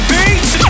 Beats